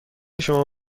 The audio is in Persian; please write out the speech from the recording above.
شما